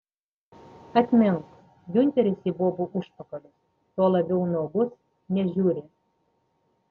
atmink giunteris į bobų užpakalius tuo labiau nuogus nežiūri